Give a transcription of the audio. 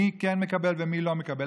מי כן מקבל ומי לא מקבל.